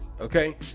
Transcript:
Okay